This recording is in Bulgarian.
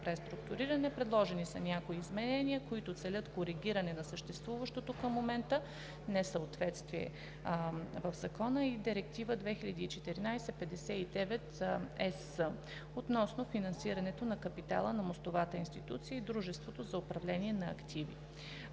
Предложени са някои изменения, които целят коригиране на съществуващото към момента несъответствие в Закона и в Директива 2014/59 на ЕС относно финансирането на капитала на мостовата институция и дружеството за управление на активи.